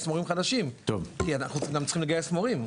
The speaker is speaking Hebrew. מורים חדשים כי אנחנו גם צריכים לגייס מורים.